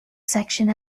section